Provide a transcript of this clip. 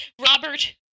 Robert